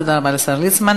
תודה רבה לשר ליצמן.